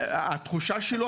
התחושה שלו,